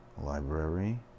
library